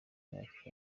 imyaka